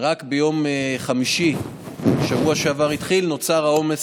שהתחיל רק ביום חמישי בשבוע שעבר, נוצר העומס